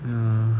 ya